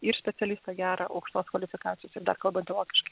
ir specialistą gerą aukštos kvalifikacijos ir dar kalbantį vokiškai